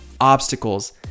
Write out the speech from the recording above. obstacles